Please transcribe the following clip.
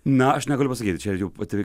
na aš negaliu pasakyti čia jau pati